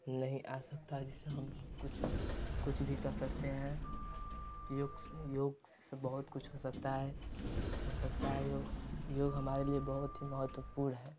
नहीं आ सकता है जिससे हम कुछ कुछ भी कर सकते हैं योग योग से बहुत कुछ हो सकता है हो सकता है योग योग हमारे लिए बहुत ही महत्वपूर्ण है